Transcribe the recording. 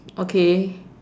okay